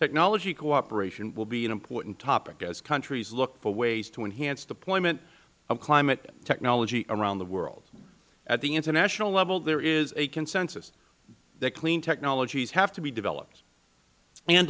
technology cooperation will be an important topic as countries look for ways to enhance deployment of climate technology around the world at the international level there is a consensus that clean technologies have to be developed an